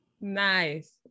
Nice